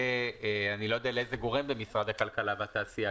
ואני לא יודע לאיזה גורם במשרד הכלכלה והתעשייה,